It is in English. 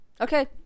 Okay